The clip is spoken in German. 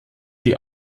die